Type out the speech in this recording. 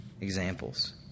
examples